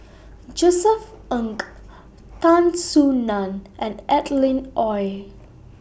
Josef Ng Tan Soo NAN and Adeline Ooi